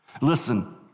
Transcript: Listen